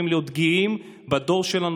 צריכים להיות גאים בו,